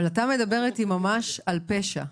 אתה מדבר איתי ממש על פשע,